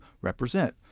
represent